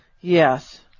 Yes